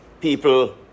people